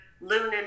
Luna